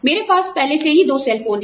मेरे पास पहले से ही दो सेलफोन हैं